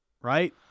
right